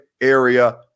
area